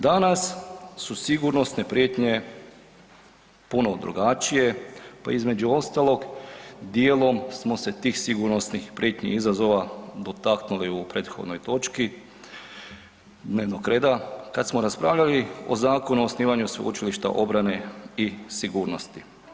Danas su sigurnosne prijetnje ponovno drugačije, pa između ostalog dijelom smo se tih sigurnosnih prijetnji i izazova dotaknuli u prethodnoj točki dnevnog reda kad smo raspravljali o Zakonu o osnivanju Sveučilišta obrane i sigurnosti.